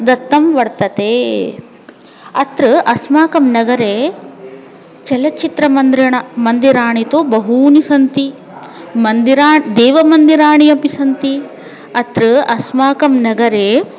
दत्तं वर्तते अत्र अस्माकं नगरे चलच्चित्रमन्दिरेण मन्दिराणि तु बहूनि सन्ति मन्दिराणि देवमन्दिराणि अपि सन्ति अत्र अस्माकं नगरे